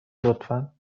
لطفا